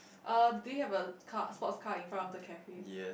uh do you have a car sports car in front of the cafe